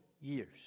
years